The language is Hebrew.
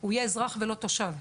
הוא יהיה אזרח ולא תושב.